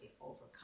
overcome